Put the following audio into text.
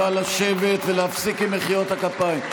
נא לשבת ולהפסיק את מחיאות הכפיים.